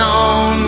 on